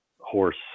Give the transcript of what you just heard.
horse